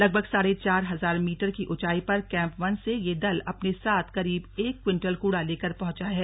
लगभग साढ़े चार हजार मीटर की उंचाई पर कैंप वन से यह दल अपने साथ करीब एक क्विंटल कूड़ा लेकर पहुंचा है